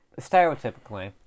stereotypically